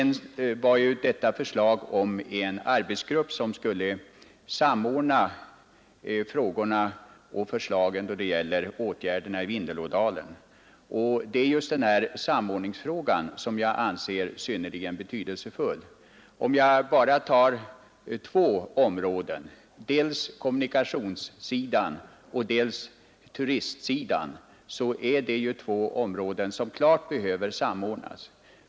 När det gäller förslaget om en arbetsgrupp som skulle samordna frågorna och förslagen beträffande åtgärderna i Vindelådalen vill jag säga, att jag finner just denna samordningsfråga synnerligen betydelsefull. Om jag bara tar två områden, dels kommunikationssidan, dels turistsidan, är det två områden som klart behöver samordnas.